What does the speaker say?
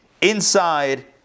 inside